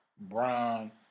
Brown